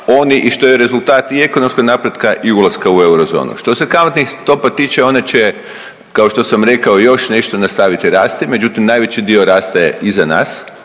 i što je rezultat i ekonomskog napretka i ulaska u Eurozonu. Što se kamatnih stopa tiče one će, kao što sam rekao, još nešto nastaviti rasti, međutim najveći dio rasta je iza nas